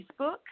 Facebook